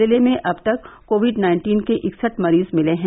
जिले में अब तक कोविड नाइन्टीन के इकसठ मरीज मिले हैं